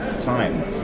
time